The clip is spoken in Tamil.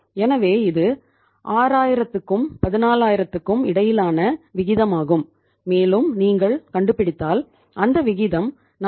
எனவே இது 6000 க்கும் 14000 க்கும் இடையிலான விகிதமாகும் மேலும் நீங்கள் கண்டுபிடித்தால் அந்த விகிதம் 42